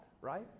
Right